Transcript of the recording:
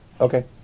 Okay